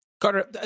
Carter